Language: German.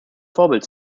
vorbild